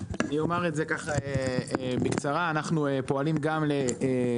אני אגיד בקצרה: אנחנו פועלים גם לתמיכה